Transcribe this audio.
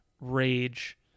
rage